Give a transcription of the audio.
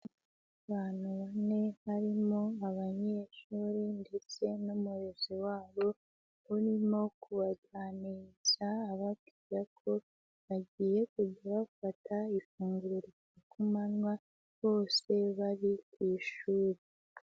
Abantu bane harimo abanyeshuri ndetse n'umuyobozi wabo urimo kubaganiriza, ababwira ko bagiye kujya bafata ifunguro ku manywa bose bari ku ishuri.